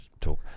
talk